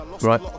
Right